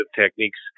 techniques